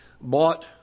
bought